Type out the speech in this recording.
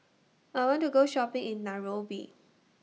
I want to Go Shopping in Nairobi